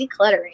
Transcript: decluttering